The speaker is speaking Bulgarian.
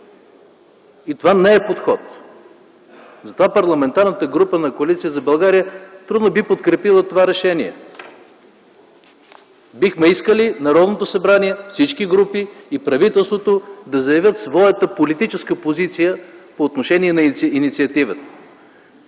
и това не е подход. Парламентарната група на Коалиция за България трудно би подкрепила това решение. Бихме искали Народното събрание, всички групи и правителството да заявят своята политическа позиция по отношение на инициативата,